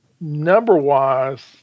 number-wise